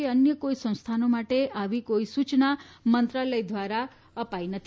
કે અન્ય કોઇ સંસ્થાનો માટે આવી કોઇ સૂચના મંત્રાલય દ્વારા અપાઇ નથી